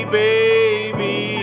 baby